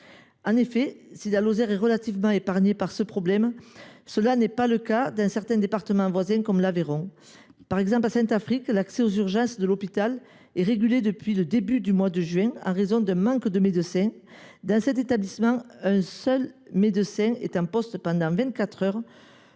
patients. Si la Lozère est relativement épargnée par ce problème, tel n’est pas le cas de certains départements voisins, comme l’Aveyron. Par exemple, à Saint Affrique, l’accès aux urgences de l’hôpital est régulé depuis juin dernier en raison d’un manque de médecins. Dans cet établissement, un seul médecin est en poste pendant vingt